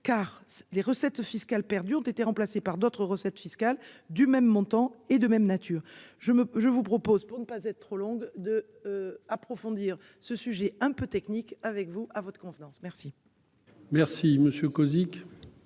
car les recettes fiscales perdues ont été remplacés par d'autres recettes fiscales du même montant et de même nature. Je me, je vous propose pour ne pas être trop longue de. Approfondir ce sujet un peu technique avec vous à votre convenance. Merci.